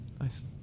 Nice